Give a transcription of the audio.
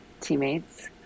teammates